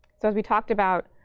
so as we talked about,